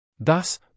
Thus